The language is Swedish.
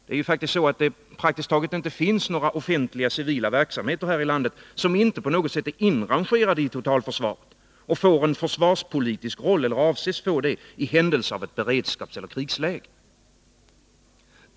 Det finns praktiskt taget inga offentliga civila verksamheter som inte är inrangerade i totalförsvaret och får en försvarspolitisk rolli händelse av ett beredskapseller krigsläge.